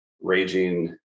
raging